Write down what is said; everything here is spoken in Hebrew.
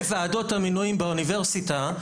לוועדות המינויים באוניברסיטה,